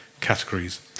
categories